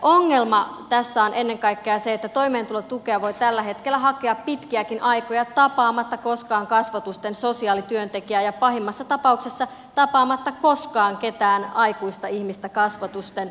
ongelma tässä on ennen kaikkea se että toimeentulotukea voi tällä hetkellä hakea pitkiäkin aikoja tapaamatta koskaan kasvotusten sosiaalityöntekijää ja pahimmassa tapauksessa tapaamatta koskaan ketään aikuista ihmistä kasvotusten